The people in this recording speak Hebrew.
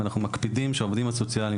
אנחנו מקפידים שהעובדים הסוציאליים,